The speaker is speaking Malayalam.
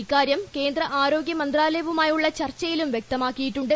ഇക്കാര്യം കേന്ദ്ര ആരോഗ്യ മന്ത്രാലയവുമായുള്ള ചർച്ചയിലും വ്യക്തമാക്കിയിട്ടുണ്ട്